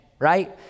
right